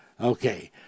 Okay